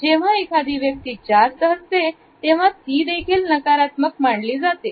जेव्हा एखादी व्यक्ती जास्त हसते तेव्हा तीदेखील नकारात्मक मांडली जाते